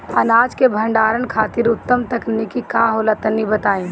अनाज के भंडारण खातिर उत्तम तकनीक का होला तनी बताई?